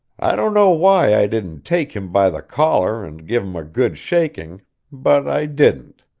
i don't know why i didn't take him by the collar, and give him a good shaking but i didn't.